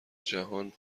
جهان